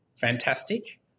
fantastic